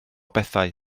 bethau